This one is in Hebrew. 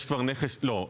לא,